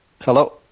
Hello